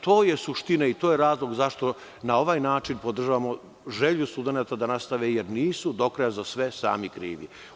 To je suština i to je razlog zašto na ovaj način podržavamo želju studenata da nastave, jer nisu do kraja za sve sami krivi.